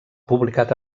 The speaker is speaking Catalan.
publicat